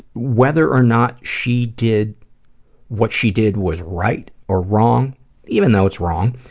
whether or not she did what she did was right or wrong even though it's wrong,